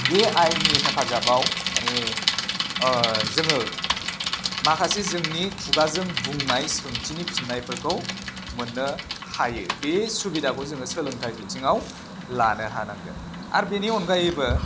एआइनि हेफाजाबाव माने जोङो माखासे जोंनि खुगाजों बुंनाय सोंथिनि फिननायफोरखौ मोननो हायो बे सुबिदाखौ जोङो सोलोंथाइ बिथिङाव लानो हानांगोन आरो बेनि अनगायैबो